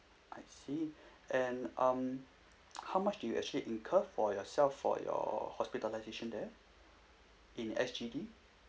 I see and um how much do you actually incur for yourself for your hospitalisation there in S_G_D